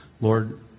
Lord